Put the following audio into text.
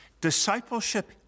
discipleship